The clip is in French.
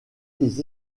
des